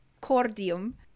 cordium